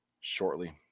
shortly